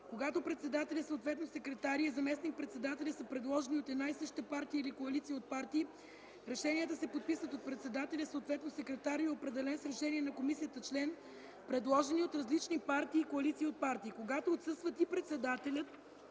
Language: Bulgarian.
Когато председателят, съответно секретарят, и заместник-председателят са предложени от една и съща партия или коалиция от партии, решенията се подписват от председателя, съответно секретаря, и определен с решение на комисията член, предложени от различни партии и коалиции от партии. Когато отсъстват и председателят,